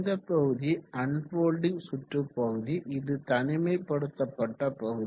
இந்த பகுதி அன்ஃபொல்டிங் சுற்று பகுதி இது தனிமைப்படுத்தப்பட்ட பகுதி